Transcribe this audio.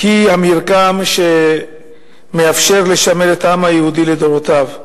היא המרקם שמאפשר לשמר את העם היהודי לדורותיו.